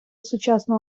сучасну